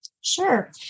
Sure